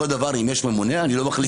אותו דבר אם יש ממונה, אני לא יכול להחליט.